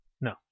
no